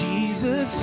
Jesus